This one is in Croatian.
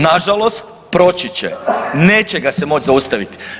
Nažalost, proći će, neće ga se moći zaustaviti.